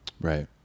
Right